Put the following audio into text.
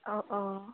অঁ অঁ